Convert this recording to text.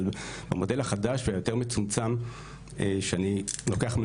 אבל במודל החדש והיותר מצומצם שאני לוקח את